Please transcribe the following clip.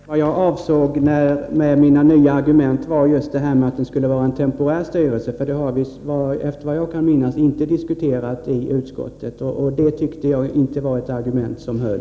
Herr talman! Vad jag avsåg med nya argument var just att det skulle vara en temporär styrelse. Efter vad jag kan minnas har vi inte diskuterat det i utskottet. Detta tyckte jag inte var ett argument som höll.